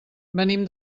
venim